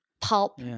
pulp